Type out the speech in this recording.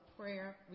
prayer